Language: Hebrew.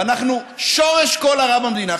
ואנחנו שורש כל הרע במדינה.